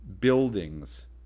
buildings